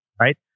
right